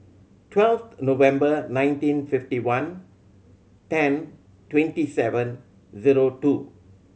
twelve November nineteen fifty one ten twenty seven zero two